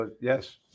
Yes